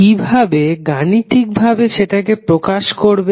কিভাবে গাণিতিক ভাবে সেটাকে প্রকাশ করবে